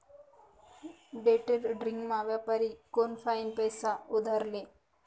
डेट्रेडिंगमा व्यापारी कोनफाईन पैसा उधार ले